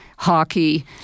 Hockey